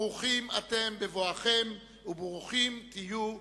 ברוכים אתם בבואכם, וברוכים תהיו בצאתכם.